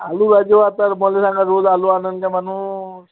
आलू राजेहो आता मला सांगा रोज आलू आणून द्या म्हणून